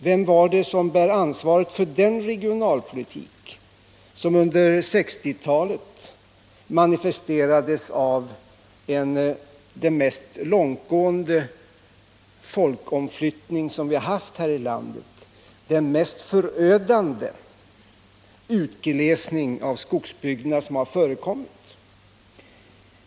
Vem bär ansvaret för den regionalpolitik som under 1960-talet manifesterades genom den mest långtgående folkomflyttning som vi har haft här i landet, den mest förödande utglesning av skogsbygderna som har förekommit?